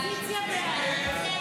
הסתייגות 7 לא נתקבלה.